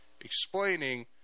explaining